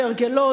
כהרגלו,